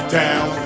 down